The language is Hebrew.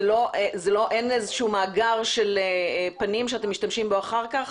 אין איזשהו מאגר של פנים שאתם משתמשים אחר כך?